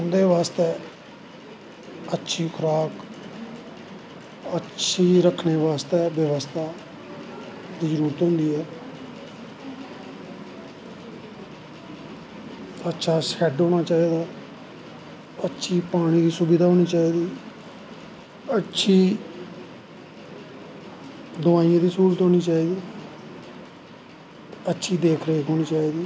उंदे बास्तै अच्छी खुराक अच्छी रक्खनें बैास्तै जरूरत होंदी ऐ शाल शैड्ड होनां चाही दा अच्ची पैानी दी सुविधा होनीं चाही दी अच्छी दवाईयोें दी स्हूलत होनीं चाही दी अच्ची देख रेख होनीं चाही दी